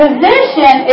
Position